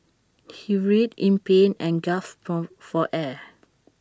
he writhed in pain and gasped for air